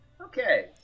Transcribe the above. okay